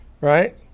right